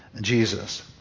Jesus